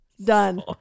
Done